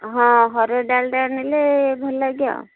ହଁ ହରଡ଼ ଡାଲିଟା ନେଲେ ଭଲ ଲାଗିବ ଆଉ